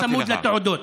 תהיה צמוד לתעודות.